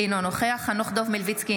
אינו נוכח חנוך דב מלביצקי,